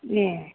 ए